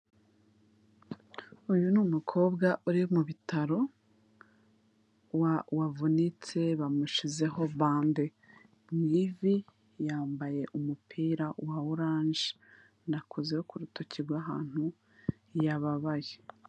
Uyu ni ni umukobwa uri bitaro wavunitse, bamushizeho bande mu ivi, yambaye umupira wa oranje, anakozeho ku rutoki rw'ahantu yababaye.